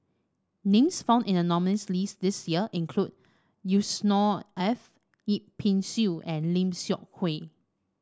names found in the nominees' list this year include Yusnor Ef Yip Pin Xiu and Lim Seok Hui